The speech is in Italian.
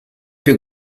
più